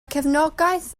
cefnogaeth